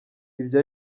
ibyo